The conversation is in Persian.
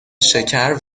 شکر